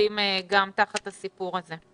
נכנסים תחת הסיפור הזה.